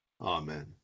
Amen